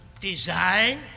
design